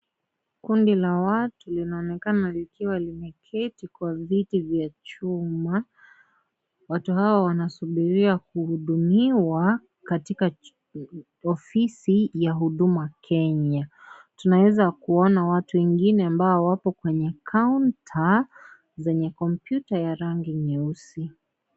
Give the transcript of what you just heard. Kundi la watu linaonekana likiwa limeketi kwa viti vya chuma, watu hawa wanasubiria kuhudumiwa katika ofisi ya Huduma Kenya . Tunaweza kuona watu wengine ambao wako kwenye counter zenye kompyuta za rangi nyeusi.